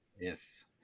Yes